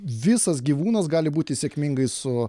visas gyvūnas gali būti sėkmingai su